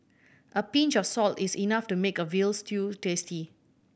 a pinch of salt is enough to make a veal stew tasty